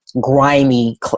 grimy